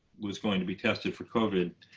was going to be tested for covid.